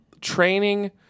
training